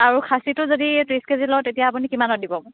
আৰু খাচীটো যদি ত্ৰিছ কে জি লওঁ তেতিয়া আপুনি কিমানত দিব মোক